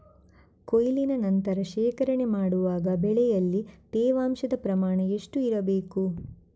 ಕೊಯ್ಲಿನ ನಂತರ ಶೇಖರಣೆ ಮಾಡುವಾಗ ಬೆಳೆಯಲ್ಲಿ ತೇವಾಂಶದ ಪ್ರಮಾಣ ಎಷ್ಟು ಇರಬೇಕು?